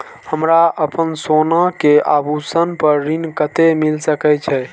हमरा अपन सोना के आभूषण पर ऋण कते मिल सके छे?